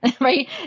right